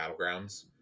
battlegrounds